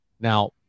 now